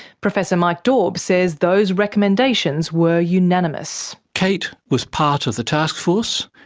professor mike daube says those recommendations were unanimous. kate was part of the taskforce,